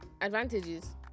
advantages